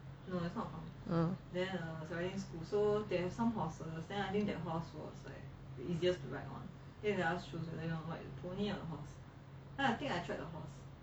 oh